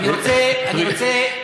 סליחה, סליחה.